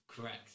Correct